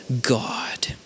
God